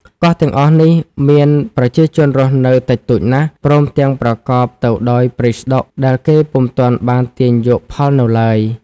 កោះទាំងអស់នេះ មានប្រជាជនរស់នៅតិចតួចណាស់ ព្រមទាំងប្រកប ទៅដោយព្រៃស្តុក ដែលគេពុំទាន់បានទាញយកផលនៅឡើយ ។